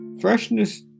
freshness